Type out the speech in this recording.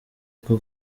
bwo